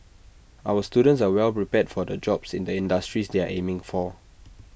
our students are well prepared for the jobs in the industries they are aiming for